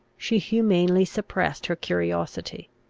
she humanely suppressed her curiosity.